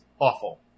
awful